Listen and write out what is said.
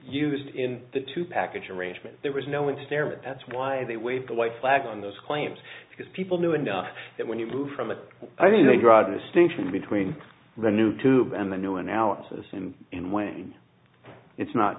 used in the two package arrangement there was no one's there but that's why they wave the white flag on those claims because people knew enough that when you move from a i mean they draw a distinction between the new tube and the new analysis and when it's not